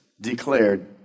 declared